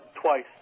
twice